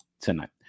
tonight